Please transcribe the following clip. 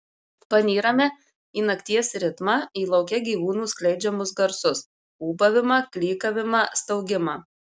panyrame į nakties ritmą į lauke gyvūnų skleidžiamus garsus ūbavimą klykavimą staugimą